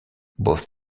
both